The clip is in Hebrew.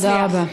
תודה רבה.